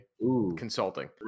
consulting